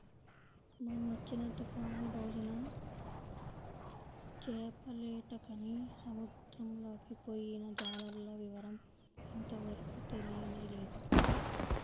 మొన్నొచ్చిన తుఫాను రోజున చేపలేటకని సముద్రంలోకి పొయ్యిన జాలర్ల వివరం ఇంతవరకు తెలియనేలేదు